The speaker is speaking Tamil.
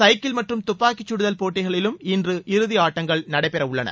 சைக்கிள் மற்றும் தப்பாக்கிச்சுடுதல் போட்டிகளிலும் இன்று இறுதி ஆட்டங்கள் நடைபெறவுள்ளன